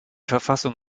verfassung